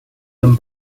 them